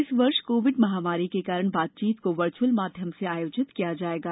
इस वर्ष कोविड महामारी के कारण बातचीत को वर्चुअल माध्यम से आयोजित किया जाएगा